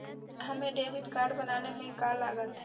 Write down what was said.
हमें debit card बनाने में का लागत?